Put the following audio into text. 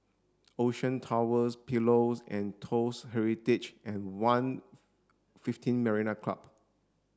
Ocean Towers Pillows and Toast Heritage and One fifteen Marina Club